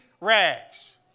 rags